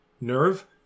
nerve